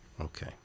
okay